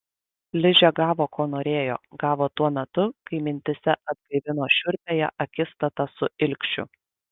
ližė gavo ko norėjo gavo tuo metu kai mintyse atgaivino šiurpiąją akistatą su ilgšiu